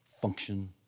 Function